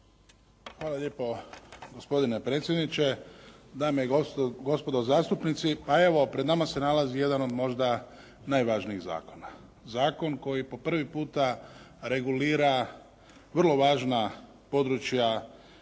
Hvala lijepo gospodine predsjedniče, dame i gospodo zastupnici. A evo pred nama se nalazi jedan od možda najvažnijih zakona, zakon koji po prvi puta regulira vrlo važna područja